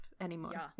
anymore